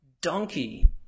donkey